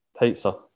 Pizza